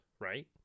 right